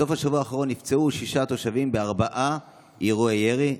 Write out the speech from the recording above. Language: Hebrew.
בסוף השבוע האחרון נפצעו שישה תושבים בארבעה אירועי ירי,